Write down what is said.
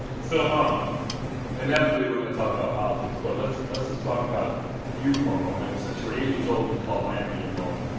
so um inevitably we're going to talk about politics, but let's let's just talk about you for a moment. since you were eight years old, you've called miami your home.